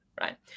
right